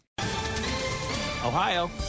Ohio